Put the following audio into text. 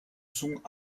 sont